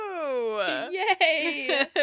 Yay